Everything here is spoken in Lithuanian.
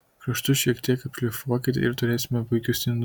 kraštus šiek tiek apšlifuokite ir turėsime puikius indus